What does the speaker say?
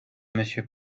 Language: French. monsieur